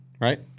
right